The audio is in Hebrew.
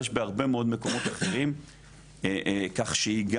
אבל יש בעוד הרבה מאוד מקומות אחרים כך שהיא גם